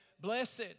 blessed